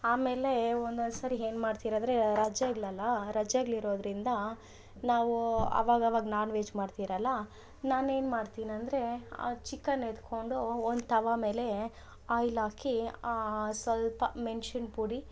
ಆಮೇಲೆ ಒಂದೊಂದುಸರಿ ಏನ್ಮಾಡ್ತೀರ್ ಅಂದರೆ ರಜೆಗಳೆಲ್ಲ ರಜೆಗ್ಳು ಇರೋದರಿಂದ ನಾವು ಅವಾಗ ಅವಾಗ ನಾನ್ ವೆಜ್ ಮಾಡ್ತಿರಲ್ಲ ನಾನೆನ್ಮಾಡ್ತೀನಿ ಅಂದರೆ ಆ ಚಿಕನ್ ಎತ್ಕೊಂಡು ಒಂದು ತವ ಮೇಲೆ ಆಯಿಲ್ ಹಾಕಿ ಸ್ವಲ್ಪ ಮೆಣ್ಸಿನ್ ಪುಡಿ